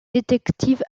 détective